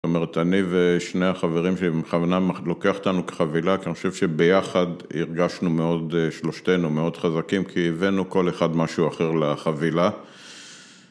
זאת אומרת, אני ושני החברים שלי בכוונה לוקח אותנו כחבילה, כי אני חושב שביחד הרגשנו מאוד, שלושתנו מאוד חזקים, כי הבאנו כל אחד משהו אחר לחבילה.